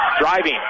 Driving